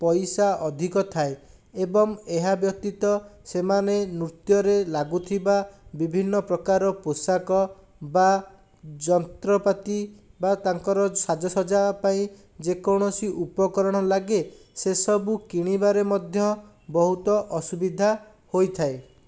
ପଇସା ଅଧିକ ଥାଏ ଏବଂ ଏହା ବ୍ୟତୀତ ସେମାନେ ନୃତ୍ୟରେ ଲାଗୁଥିବା ବିଭିନ୍ନ ପ୍ରକାର ପୋଷାକ ବା ଯନ୍ତ୍ରପାତି ବା ତାଙ୍କର ସାଜସଜା ପାଇଁ ଯେକୌଣସି ଉପକରଣ ଲାଗେ ସେ ସବୁ କିଣିବାରେ ମଧ୍ୟ ବହୁତ ଅସୁବିଧା ହୋଇଥାଏ